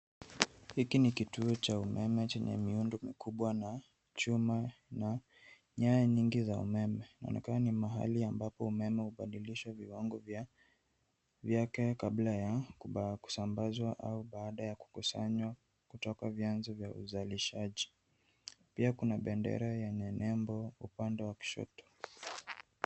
Hiki ni kituo cha umeme chenye miundo mikubwa na chuma na nyaya nyingi za umeme. Inaonekana ni mahali ambapo umeme hubadilishwa viwango vyake kabla ya kusambazwa au baada ya kukusanywa kutoka vyanzo vya uzalishaji. Pia kuna bendera yenye nembo upande wa kushoto.